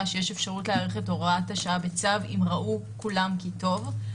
שיש אפשרות להאריך את הוראת השעה בצו אם ראו כולם כי טוב.